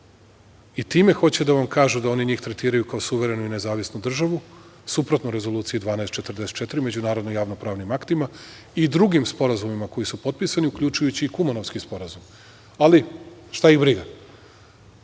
hoće da vam kažu da oni njih tretiraju kao suverenu i nezavisnu državu, suprotno Rezoluciji 1244, međunarodno javno-pravnim aktima i drugim sporazumima koji su potpisani, uključujući i Kumanovski sporazum. Ali, šta ih briga. Kao